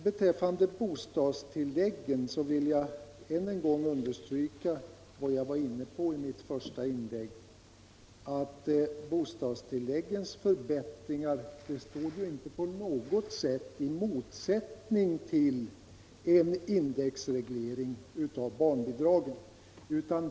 Beträffande bostadstilläggen vill jag än en gång understryka vad jag var inne på i mitt första inlägg, att bostadstilläggens förbättringar inte på något sätt står i motsättning till en indexreglering av barnbidragen.